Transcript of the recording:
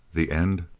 the end.